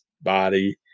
body